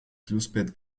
flussbett